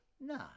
No